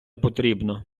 потрібно